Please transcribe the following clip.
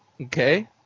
Okay